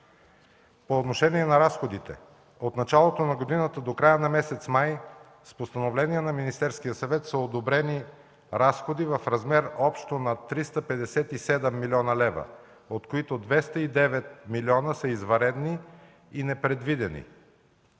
По отношение на разходите. От началото на годината до края на месец май с Постановление на Министерския съвет са одобрени разходи в размер общо на 357 млн. лв., от които 209 милиона са извънредни и непредвидени.